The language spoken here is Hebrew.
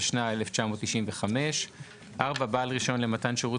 התשנ"ה 1995 ; (4) בעל רישיון למתן שירות